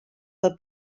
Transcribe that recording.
pel